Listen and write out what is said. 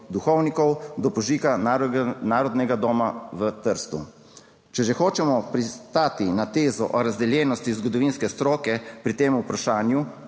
do požiga Narodnega doma v Trstu. Če že hočemo pristati na tezo o razdeljenosti zgodovinske stroke pri tem vprašanju,